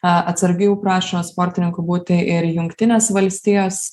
atsargių prašo sportininkų būti ir jungtinės valstijos